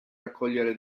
raccogliere